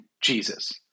Jesus